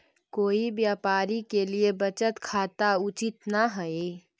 कोई व्यापारी के लिए बचत खाता उचित न हइ